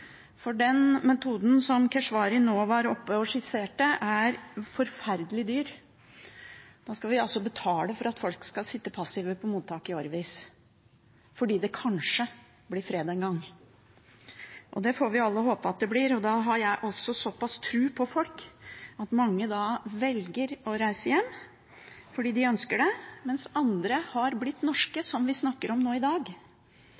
Den metoden som representanten Keshvari nå skisserte, er forferdelig dyr. Da skal vi altså betale for at folk skal sitte passive på mottak i årevis – fordi det kanskje blir fred en gang. Det får vi alle håpe at det blir. Jeg har såpass tro på at mange velger å reise hjem fordi de ønsker det, mens andre, som vi snakker om nå i dag,